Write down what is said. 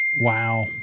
Wow